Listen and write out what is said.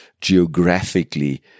geographically